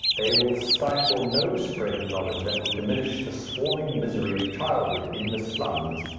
they will stifle no spread of knowledge that will diminish the swarming misery of childhood in the slums,